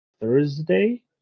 Thursday